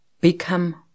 become